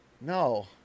No